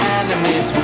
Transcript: enemies